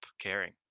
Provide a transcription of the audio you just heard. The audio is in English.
caring